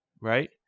right